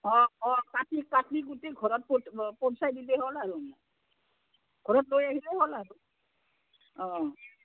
অঁ অঁ কাটি কাটি কুটি ঘৰত প পঠাই দিলেই হ'ল আৰু ঘৰত লৈ আহিলেই হ'ল আৰু অঁ